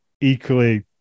equally